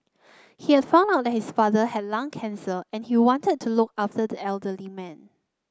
he had found out that his father had lung cancer and he wanted to look after the elderly man